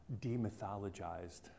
demythologized